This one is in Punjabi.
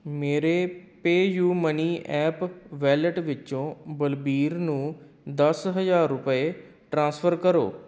ਮੇਰੇ ਪੇਅਯੂਮਨੀ ਐਪ ਵੈਲੇਟ ਵਿੱਚੋਂ ਬਲਬੀਰ ਨੂੰ ਦਸ ਹਜ਼ਾਰ ਰੁਪਏ ਟ੍ਰਾਂਸਫਰ ਕਰੋ